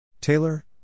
Taylor